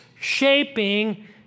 shaping